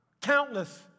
Countless